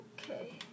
okay